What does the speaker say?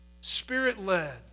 spirit-led